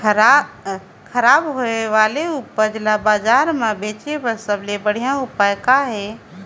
खराब होए वाले उपज ल बाजार म बेचे बर सबले बढ़िया उपाय का हे?